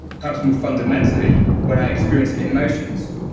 perhaps more fundamentally, when i experienced in motions,